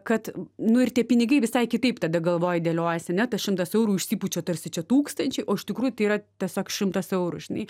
kad nu ir tie pinigai visai kitaip tada galvoj dėliojasi ane tas šimtas eurų išsipučia tarsi čia tūkstančiai o iš tikrųjų tai yra tiesiog šimtas eurų žinai